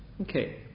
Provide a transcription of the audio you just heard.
Okay